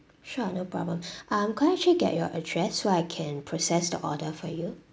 sure no problem um could I actually get your address so I can process the order for you